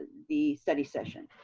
the study session.